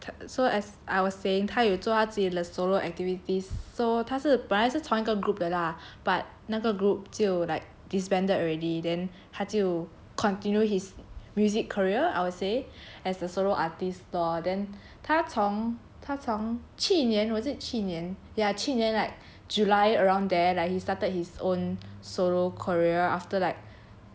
so like t~ so as I was saying 他有做他自己的 solo activities so 他是本来是从一个 group 的 lah but 那个 group 就 like disbanded already then 他就 continue his music career I would say as a solo artist lor then 他从他从去年 was it 去年 ya 去年 like july around there like he started his own solo career after like